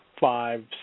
five